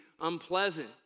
unpleasant